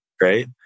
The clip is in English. right